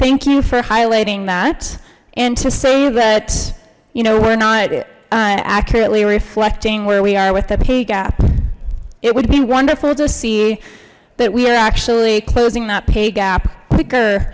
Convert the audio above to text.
thank you for highlighting that and to say that you know we're not it accurately reflecting where we are with the pay gap it would be wonderful to see that we are actually closing that pay gap quicker